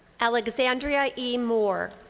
alexandria e. moore.